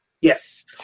Yes